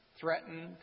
threatened